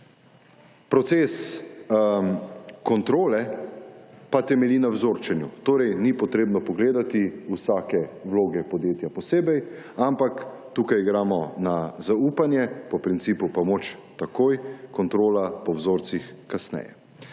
Proces kontrole pa temelji na vzorčenju. Torej, ni potrebno pogledati vsake vloge podjetja posebej, ampak tukaj igramo na zaupanje, po principu pomoč takoj, kontrola po vzorcih kasneje.